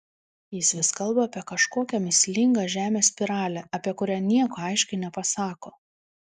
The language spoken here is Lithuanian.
jis vis kalba apie kažkokią mįslingą žemės spiralę apie kurią nieko aiškiai nepasako